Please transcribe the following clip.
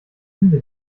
winde